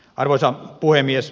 arvoisa puhemies